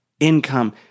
Income